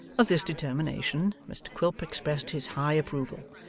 of this determination mr quilp expressed his high approval,